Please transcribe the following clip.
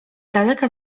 daleka